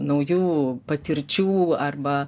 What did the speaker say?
naujų patirčių arba